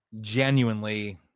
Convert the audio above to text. genuinely